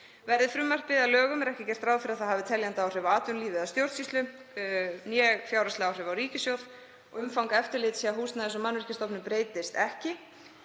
Verði frumvarpið að lögum er ekki gert ráð fyrir að það hafi teljandi áhrif á atvinnulíf eða stjórnsýslu né fjárhagsleg áhrif á ríkissjóð og umfang eftirlits hjá Húsnæðis- og mannvirkjastofnun breytist ekki.